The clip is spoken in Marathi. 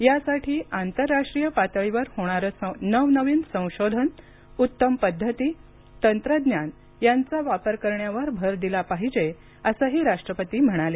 यासाठी आंतरराष्ट्रीय पातळीवर होणारे नवनवीन संशोधन उत्तम पद्धती तंत्रज्ञान यांचा वापर करण्यावर भर दिला पाहिजे असंही राष्ट्रपती म्हणाले